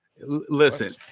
Listen